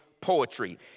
poetry